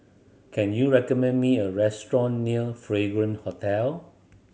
can you recommend me a restaurant near Fragrance Hotel